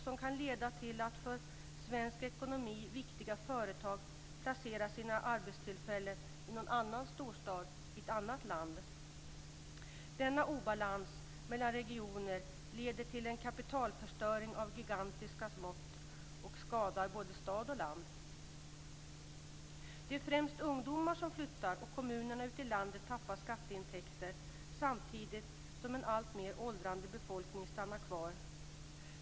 Det kan leda till att för svensk ekonomi viktiga företag placerar sina arbetstillfällen i någon annan storstad i ett annat land. Denna obalans mellan regioner leder till en kapitalförstöring av gigantiska mått och skadar både stad och land. Det är främst ungdomar som flyttar. Kommunerna ute i landet tappar skatteintäkter samtidigt som en alltmer åldrande befolkning stannar kvar.